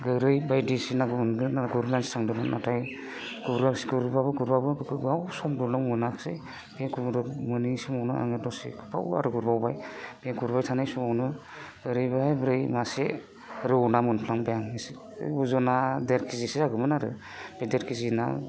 गोरि बायदिसिना मोनगोन होनना गुरनोसो थांदोंमोन नाथाय गुरबाबो गुरबाबो गोबाव सम गुरनो मोनाखिसै बे गुरनो मोनै समावनो आङो दसे गोबाव आरो गुरबावबाय बे गुरबाय थानाय समावनो ओरैबा ओरै मासे रौ ना मोनफ्लांबाय आं एसे अजना देर खेजिसो जागौमोन आरो बे देर खेजि ना